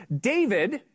David